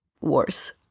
worse